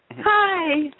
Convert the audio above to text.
Hi